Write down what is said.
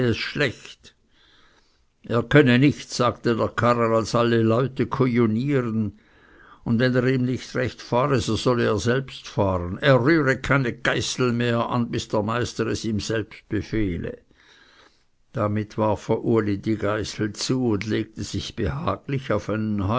schlecht er könne nichts sagte der karrer als alle leute kujiniere und wenn er ihm nicht recht fahre so solle er selbst fahren er rühre keine geißel mehr an bis der meister es ihm selbst befehle damit warf er uli die geißel zu und legte sich behaglich auf einen